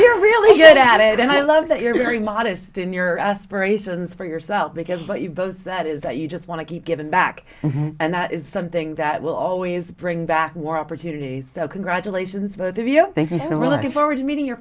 you're really good at it and i love that you're very modest in your aspirations for yourself because but you both that is that you just want to keep giving back and that is something that will always bring back war opportunities so congratulations both of you thank you so we're looking forward to meeting your